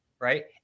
right